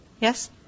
Yes